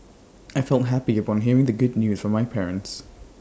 I felt happy upon hearing the good news from my parents